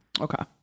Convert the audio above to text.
Okay